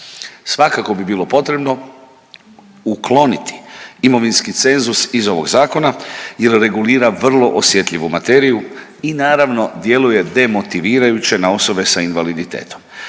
Svakako bi bilo potrebno ukloniti imovinski cenzus iz ovog Zakona jer regulira vrlo osjetljivu materiju i naravno, djeluje demotivirajuće na osobe s invaliditetom.